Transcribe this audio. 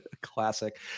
Classic